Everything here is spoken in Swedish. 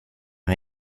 han